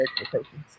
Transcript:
expectations